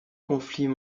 conflits